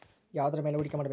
ಯಾವುದರ ಮೇಲೆ ಹೂಡಿಕೆ ಮಾಡಬೇಕು?